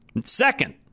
Second